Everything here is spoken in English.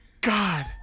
God